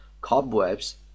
Cobwebs